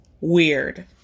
Weird